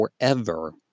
forever